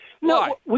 No